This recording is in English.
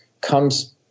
comes